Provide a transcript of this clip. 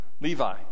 Levi